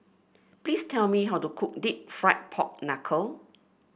please tell me how to cook deep fried Pork Knuckle